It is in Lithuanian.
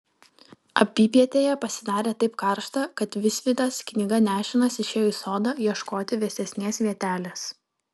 apypietėje pasidarė taip karšta kad visvydas knyga nešinas išėjo į sodą ieškoti vėsesnės vietelės